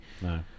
No